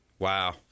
Wow